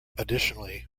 additionally